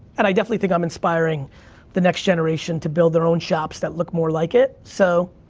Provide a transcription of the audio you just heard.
and i definitely think i'm inspiring the next generation to build their own shops that look more like it. so,